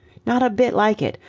not a bit like it.